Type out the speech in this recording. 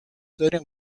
داریم